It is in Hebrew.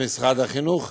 במשרד החינוך,